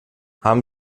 haben